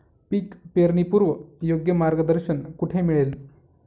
पीक पेरणीपूर्व योग्य मार्गदर्शन कुठे मिळेल?